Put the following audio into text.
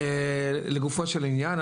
לגופו של עניין,